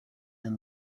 and